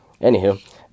anywho